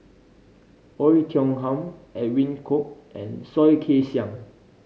Oei Tiong Ham Edwin Koek and Soh Kay Siang